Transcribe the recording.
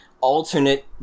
alternate